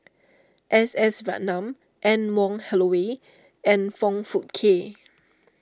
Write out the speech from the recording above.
S S Ratnam Anne Wong Holloway and Foong Fook Kay